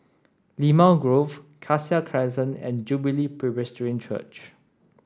Limau Grove Cassia Crescent and Jubilee Presbyterian Church